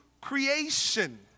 creation